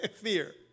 fear